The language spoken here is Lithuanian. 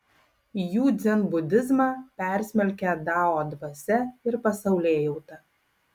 jų dzenbudizmą persmelkia dao dvasia ir pasaulėjauta